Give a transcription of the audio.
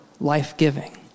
Life-giving